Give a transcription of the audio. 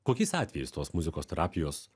kokiais atvejais tos muzikos terapijos